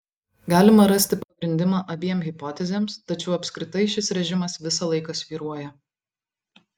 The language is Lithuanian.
galima rasti pagrindimą abiem hipotezėms tačiau apskritai šis režimas visą laiką svyruoja